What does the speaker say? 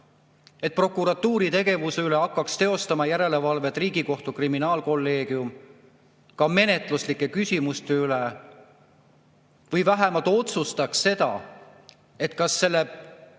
et prokuratuuri tegevuse üle hakkaks teostama järelevalvet Riigikohtu kriminaalkolleegium, ka menetluslike küsimuste üle. Või vähemalt otsustaks seda, kas mõne